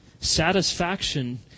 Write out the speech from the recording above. Satisfaction